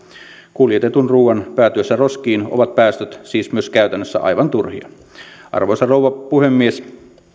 kuljetetun ruuan päätyessä roskiin ovat päästöt siis myös käytännössä aivan turhia arvoisa rouva puhemies